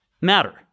matter